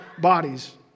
bodies